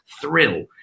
thrill